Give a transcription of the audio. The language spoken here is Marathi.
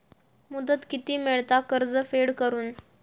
मुदत किती मेळता कर्ज फेड करून?